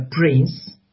prince